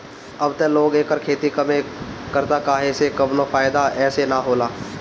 अब त लोग एकर खेती कमे करता काहे से कवनो फ़ायदा एसे न होला